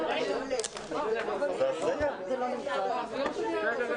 ואין נמנעים.